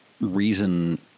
reason